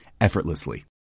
effortlessly